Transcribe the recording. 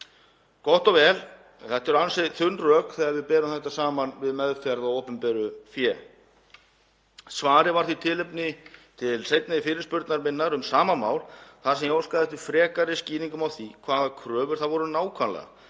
Gott og vel, en þetta eru ansi þunn rök þegar við berum þetta saman við meðferð á opinberu fé. Svarið var því tilefni til seinni fyrirspurnar minnar um sama mál þar sem ég óskaði eftir frekari skýringum á því hvaða kröfur það voru nákvæmlega